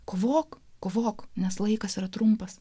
kovok kovok nes laikas yra trumpas